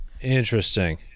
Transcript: Interesting